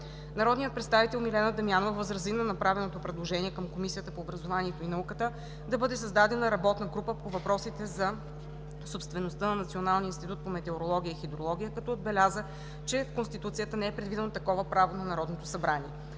Народният представител Милена Дамянова възрази на направеното предложение към Комисията по образованието и науката да бъде създадена работна група по въпросите за собствеността на Националния институт по метеорология и хидрология, като отбеляза, че в Конституцията не е предвидено такова право на Народното събрание.